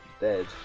dead